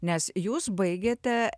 nes jūs baigėte